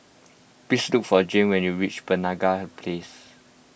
please look for Jane when you reach Penaga Place